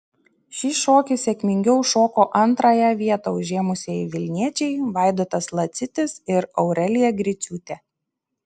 šį šokį sėkmingiau šoko antrąją vietą užėmusieji vilniečiai vaidotas lacitis ir aurelija griciūtė